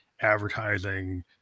advertising